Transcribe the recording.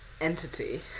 entity